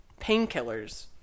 painkillers